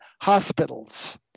hospitals